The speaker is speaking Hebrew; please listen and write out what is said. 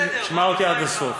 שמע אותי עד הסוף.